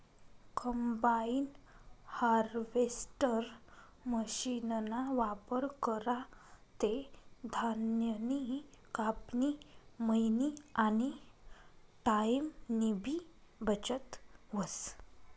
combine harvester मशीनना वापर करा ते धान्यनी कापनी, मयनी आनी टाईमनीबी बचत व्हस